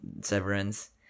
severance